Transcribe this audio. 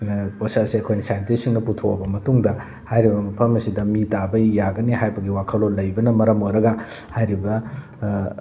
ꯄꯣꯠꯁꯛ ꯑꯁꯦ ꯑꯩꯈꯣꯏꯅ ꯁꯥꯏꯟꯇꯤꯁꯁꯤꯡꯅ ꯄꯨꯊꯣꯛꯑꯕ ꯃꯇꯨꯡꯗ ꯍꯥꯏꯔꯤꯕ ꯃꯐꯝ ꯑꯁꯤꯗ ꯃꯤ ꯇꯥꯕ ꯌꯥꯒꯅꯤ ꯍꯥꯏꯕꯒꯤ ꯋꯥꯈꯜꯂꯣꯟ ꯂꯩꯕꯅ ꯃꯔꯝ ꯑꯣꯏꯔꯒ ꯍꯥꯏꯔꯤꯕ